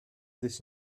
this